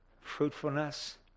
fruitfulness